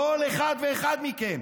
כל אחד ואחד מכם